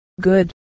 Good